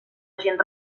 agent